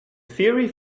fiery